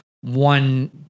one